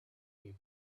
him